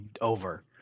over